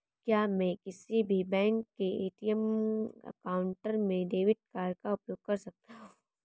क्या मैं किसी भी बैंक के ए.टी.एम काउंटर में डेबिट कार्ड का उपयोग कर सकता हूं?